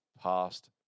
past